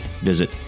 visit